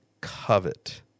covet